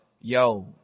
Yo